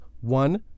one